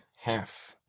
Half